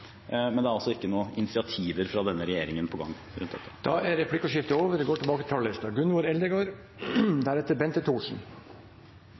men det er altså ikke noen initiativ fra denne regjeringen på gang. Da er replikkordskiftet over.